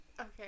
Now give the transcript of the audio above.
okay